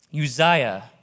Uzziah